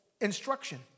instruction